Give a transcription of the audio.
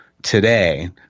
Today